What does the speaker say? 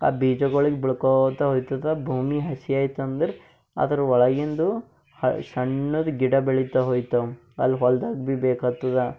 ಆ ಬೀಜಗಳಿಗ್ ಬಿಳ್ಕೋತಾ ಹೊಯ್ತದೆ ಭೂಮಿ ಹಸಿ ಆಯ್ತಂದ್ರೆ ಅದರ ಒಳಗಿಂದು ಹ ಸಣ್ಣದು ಗಿಡ ಬೆಳಿತಾ ಹೊಯ್ತವೆ ಅಲ್ಲಿ ಹೊಲ್ದಾಗ ಭಿ ಬೇಕ್ಹತ್ತದ